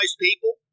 people